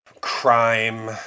crime